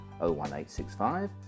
01865